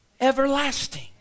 everlasting